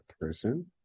person